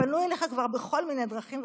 פנו אליך כבר בכל מיני דרכים,